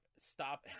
Stop